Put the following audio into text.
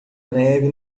neve